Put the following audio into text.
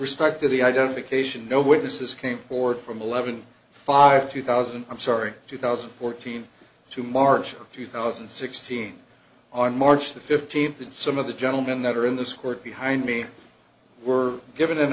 respect to the identification no witnesses came forward from eleven five two thousand i'm sorry two thousand and fourteen to march two thousand and sixteen on march the fifteenth and some of the gentlemen that are in this court behind me were given an